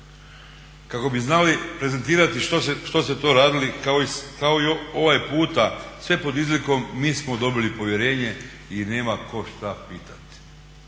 kako bi znali prezentirati što ste to radili kao i ovaj puta sve pod izlikom mi smo dobili povjerenje i nema tko šta pitati.